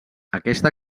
aquesta